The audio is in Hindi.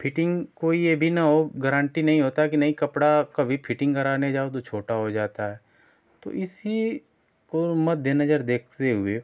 फिटिंग कोई यह भी न हो गरंटी नहीं होता कि नहीं कपड़ा कभी फिटिंग कराने जाओ तो छोटा हो जाता है तो इसी को मध्य नज़र देखते हुए